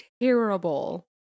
terrible